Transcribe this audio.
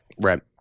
Right